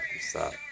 stop